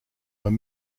were